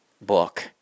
book